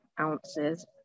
ounces